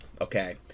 okay